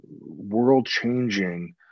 world-changing